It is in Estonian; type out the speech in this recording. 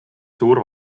suur